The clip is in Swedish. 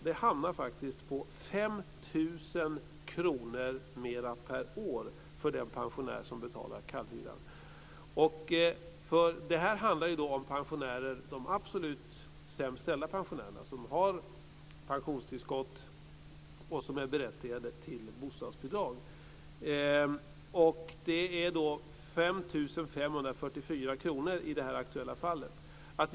Det hamnar på 5 000 kr mer per år för den pensionär som betalar kallhyran. Det här handlar om de absolut sämst ställda pensionärerna som har pensionstillskott och som är berättigade till bostadsbidrag. Det är 5 544 kr i det aktuella fallet.